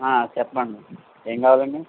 చెప్పండి ఏం కావాలండి